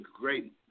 great